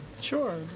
Sure